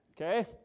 Okay